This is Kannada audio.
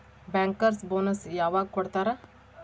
ಬ್ಯಾಂಕರ್ಸ್ ಬೊನಸ್ ಯವಾಗ್ ಕೊಡ್ತಾರ?